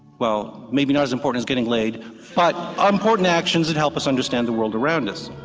well maybe not as important as getting laid, but ah important actions that help us understand the world around us.